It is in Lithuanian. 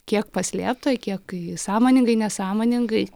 kiek paslėpto kiek sąmoningai nesąmoningai